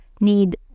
need